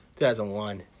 2001